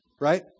right